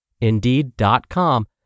Indeed.com